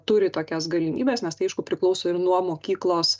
turi tokias galimybes nes tai aišku priklauso ir nuo mokyklos